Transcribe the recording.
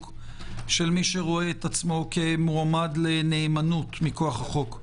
של מי שרואה עצמו כמועמד לנאמנות מכוח החוק.